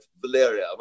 Valeria